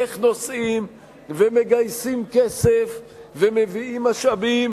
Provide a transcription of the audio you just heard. איך נוסעים ומגייסים כסף ומביאים משאבים